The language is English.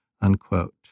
Unquote